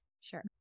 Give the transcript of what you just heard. Sure